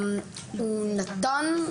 נתן.